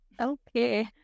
Okay